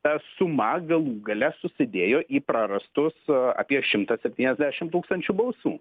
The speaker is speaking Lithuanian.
ta suma galų gale susidėjo į prarastus apie šimtą septyniasdešimt tūkstančių balsų